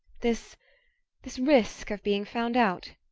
this this risk of being found out.